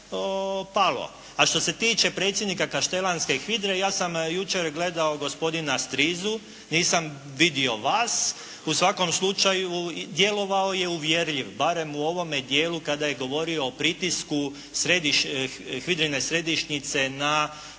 A što se tiče predsjednika kaštelanske HVIDRA-e ja sam jučer gledao gospodina Strizu, nisam vidio vas. U svakom slučaju djelovao je uvjerljiv, barem u ovome dijelu kada je govorio o pritisku HVIDRA-ine središnjice na postavljanje